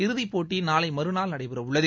இறுதிப்போட்டி நாளை மறுநாள் நடைபெறவுள்ளது